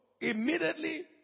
immediately